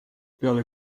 peale